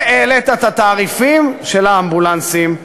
העלית את התעריפים של האמבולנסים.